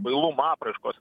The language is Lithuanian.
bailumo apraiškos